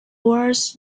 words